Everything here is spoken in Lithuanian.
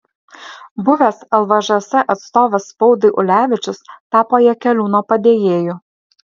buvęs lvžs atstovas spaudai ulevičius tapo jakeliūno padėjėju